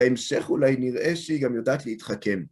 בהמשך אולי נראה שהיא גם יודעת להתחכם.